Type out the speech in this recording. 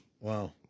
Wow